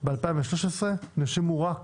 ב-2013 נרשמו רק